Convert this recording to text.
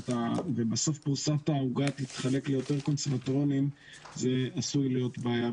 בסוף פרוסת העוגה תתחלק ליותר קונסרבטוריונים וזה עשוי להיות בעיה.